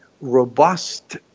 robust